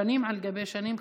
שנים על גבי שנים,